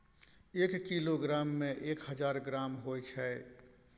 एक किलोग्राम में एक हजार ग्राम होय छै